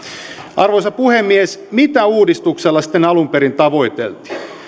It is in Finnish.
arvoisa puhemies mitä uudistuksella sitten alun perin tavoiteltiin